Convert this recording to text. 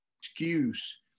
excuse